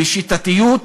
בשיטתיות,